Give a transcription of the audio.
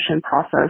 process